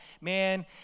Man